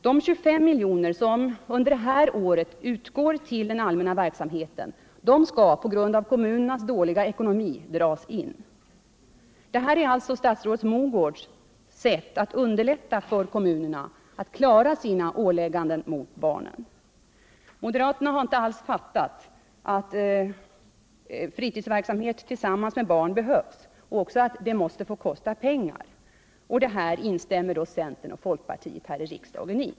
De 25 miljoner, som fritidsverksamhet 150 under det här året utgår till den allmänna verksamheten, skall på grund av kommunernas dåliga ekonomi dras in. Det här är alltså statsrådet Mogårds sätt att underlätta för kommunerna att klara sina åtaganden mot barnen. Moderaterna har inte alls fattat alt frilidsverksamhet tillsammans med barn behövs och att den måste få kosta pengar. Detta instämmer centern och folkpartiet här i riksdagen i.